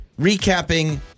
recapping